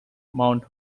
mount